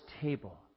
table